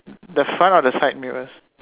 the front or the side mirror